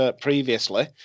previously